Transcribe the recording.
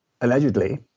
Allegedly